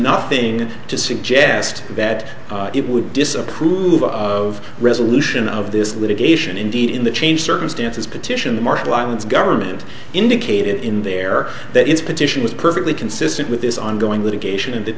nothing to suggest that it would disapprove of resolution of this litigation indeed in the changed circumstances petition the marshall islands government indicated in there that its position was perfectly consistent with this ongoing litigation and that